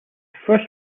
first